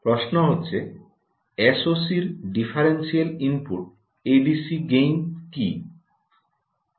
প্রশ্ন হচ্ছে এসওসি র ডিফারেন্সিয়াল ইনপুট এডিসি গেইন কী